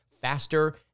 faster